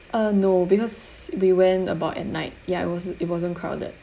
uh no because we went about at night ya it wasn't it wasn't crowded